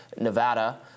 Nevada